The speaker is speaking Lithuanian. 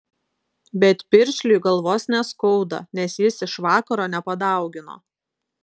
bet piršliui galvos neskauda nes jis iš vakaro nepadaugino